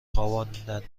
خواباندند